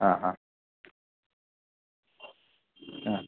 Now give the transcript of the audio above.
ആ ആ ആ